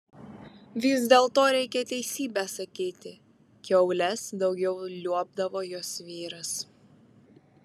vis dėlto reikia teisybę sakyti kiaules daugiau liuobdavo jos vyras